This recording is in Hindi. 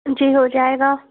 जी हो जाएगा